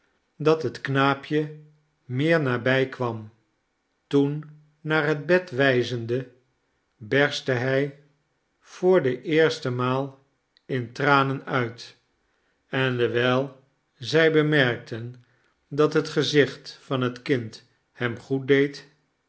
dat het knaapje meer nabij kwam toen naar het bed wijzende berstte hij voor de eerste maal in tranen uit en dewijl zij bemerkten dat het gezicht van het kind hem goed deed